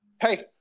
hey